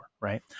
right